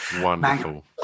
wonderful